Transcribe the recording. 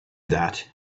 that